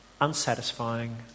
unsatisfying